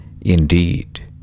Indeed